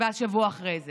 ואז שבוע אחרי זה: